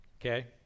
Okay